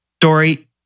Dory